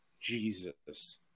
Jesus